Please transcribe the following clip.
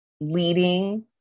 leading